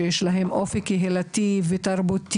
שיש להם אופי קהילתי ותרבותי.